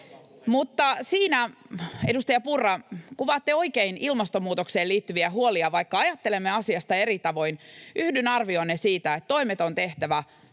Mutta, edustaja Purra, ilmastonmuutokseen liittyviä huolia kuvaatte oikein. Vaikka ajattelemme asiasta eri tavoin, yhdyn arvioonne siitä, että toimet on tehtävä